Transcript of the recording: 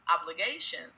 obligation